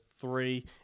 three